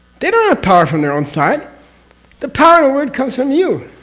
they don't have power from their own side the power of the word comes from you.